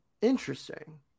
Interesting